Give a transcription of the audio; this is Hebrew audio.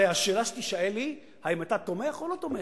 הרי השאלה שתישאל היא: האם אתה תומך או לא תומך?